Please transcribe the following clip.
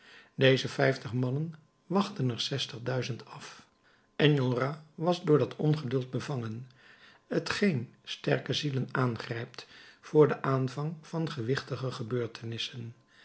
deze vijftig mannen wachtten er zestig duizend af enjolras was door dat ongeduld bevangen t welk sterke zielen aangrijpt voor den aanvang van gewichtige gebeurtenissen